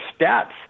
stats